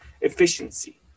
efficiency